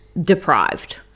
deprived